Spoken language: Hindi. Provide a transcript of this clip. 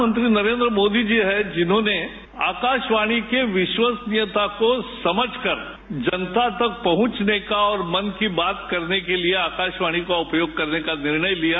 प्रधानमंत्री नरेन्द्र मोदी जी हैं जिन्होंने आकाशवाणी के विश्वसनीयता को समझकर जनता तक पहुंचने का और मन की बात करने के लिए आकाशवाणी का उपयोग करने का निर्णय लिया